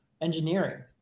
engineering